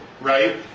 right